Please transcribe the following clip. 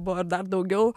buvo ir dar daugiau